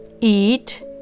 Eat